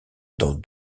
dans